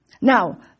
Now